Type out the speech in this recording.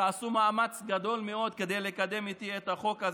שעשו מאמץ גדול מאוד כדי לקדם איתי את החוק הזה.